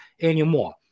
anymore